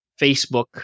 Facebook